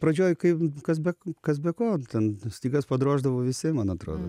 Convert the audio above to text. pradžioj kai kas be kas be ko ten stygas padroždavo visi man atrodo